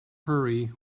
hurry